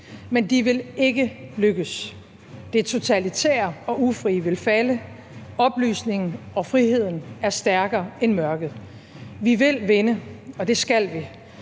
Men de vil ikke lykkes med det. Det totalitære og ufrie vil falde; oplysningen og friheden er stærkere end mørket. Vi vil vinde, og det skal vi.